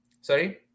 sorry